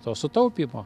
to sutaupymo